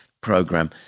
program